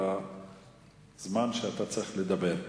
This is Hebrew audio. בזמן שאתה צריך לדבר.